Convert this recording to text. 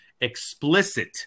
explicit